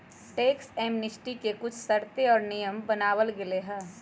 tax amnesty के कुछ शर्तें और नियम बनावल गयले है